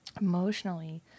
Emotionally